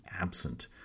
absent